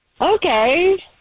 Okay